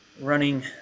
running